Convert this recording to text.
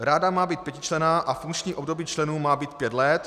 Rada má být pětičlenná a funkční období členů má být pět let.